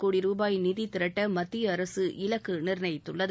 கோடி ரூபாய் நிதி திரட்ட மத்திய அரசு இலக்கு நிர்ணயித்துள்ளது